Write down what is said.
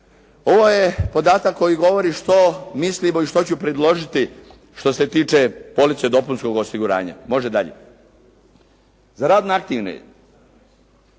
Ovo je podatak koji govori što mislimo i što ću predložiti što se tiče police dopunskog osiguranja. Može dalje. Za radno aktivne,